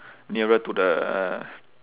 nearer to the